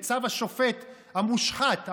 בצו השופט המושחת,